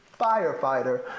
firefighter